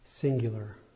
Singular